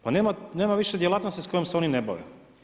Pa nema više djelatnosti s kojom se oni ne bave.